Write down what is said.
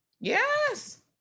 Yes